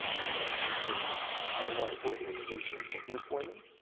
any messages for me? anyone aboard the station looking for me?